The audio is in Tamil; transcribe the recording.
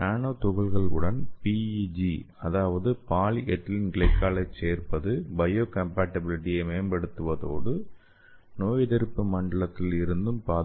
நானோ துகள்கள் உடன் PEG அதாவது பாலிஎதிலீன் கிளைகோல் ஐச் சேர்ப்பது பயோகம்பாட்டிபிலிட்டியை மேம்படுத்துவதோடு நோயெதிர்ப்பு மண்டலத்தில் இருந்தும் பாதுகாக்கும்